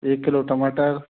एक किलो टमाटर